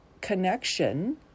connection